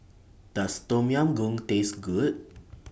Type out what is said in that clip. Does Tom Yam Goong Taste Good